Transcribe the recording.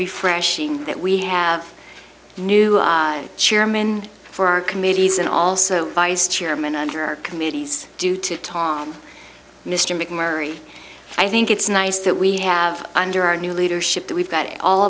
refreshing that we have a new chairman for our committees and also vice chairman under our committees do to tom mr macmurray i think it's nice that we have under our new leadership that we've got a